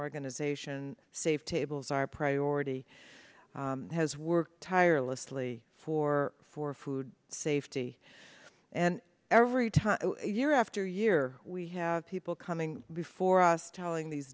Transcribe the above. organization save tables our priority has worked tirelessly for for food safety and every time year after year we have people coming before us telling these